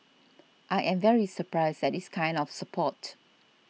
I am very surprised at this kind of support